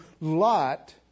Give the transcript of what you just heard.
Lot